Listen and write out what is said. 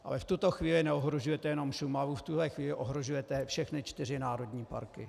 Ale v tuto chvíli neohrožujete jenom Šumavu, v tuhle chvíli ohrožujete všechny čtyři národní parky.